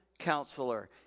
counselor